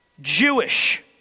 Jewish